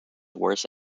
worst